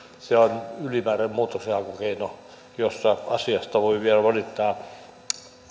se on ylimääräinen muutoksenhakukeino jossa asiasta voi vielä valittaa